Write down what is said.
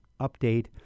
update